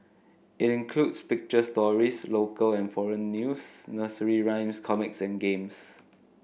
it includes picture stories local and foreign news nursery rhymes comics and games